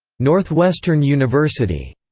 northwestern university.